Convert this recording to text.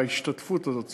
ההשתתפות הזאת,